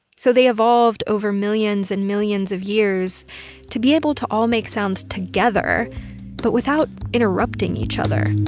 so they evolved over millions and millions of years to be able to all make sounds together but without interrupting each other.